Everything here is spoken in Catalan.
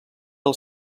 del